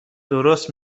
درست